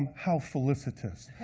how felicitous.